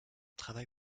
travail